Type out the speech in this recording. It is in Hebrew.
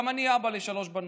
גם אני אבא לשלוש בנות.